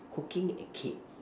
cooking and cake